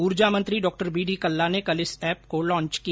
उर्जा मंत्री Dr B D Kalla ने कल इस एप को लांन्च किया